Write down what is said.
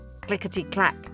clickety-clack